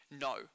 no